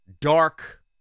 dark